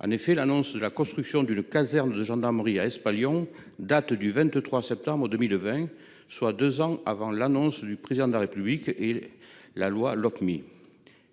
En effet l'annonce de la construction d'une caserne de gendarmerie AS pas Lyon date du 23 septembre 2020, soit 2 ans avant l'annonce du président de la République et la loi Lopmi.